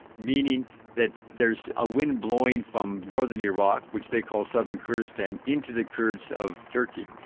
mean that there's a wind blowing from northern iraq, which they call southern kurdistan, into the kurds of turkey.